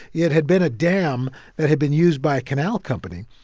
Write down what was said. it had been a dam that had been used by a canal company,